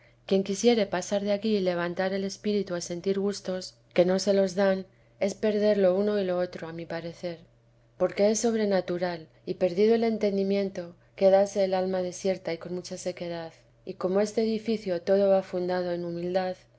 quien quisiere pasar de aquí y levantar el espíritu a sentir gustos que no se tekesa de jestjs los dan es perder lo uno y lo otro a mi parecer porque es sobrenatural y perdido el entendimiento quédase el alma desierta y con mucha sequedad y como este edificio todo va fundado en humildad